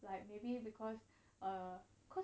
like maybe because err cause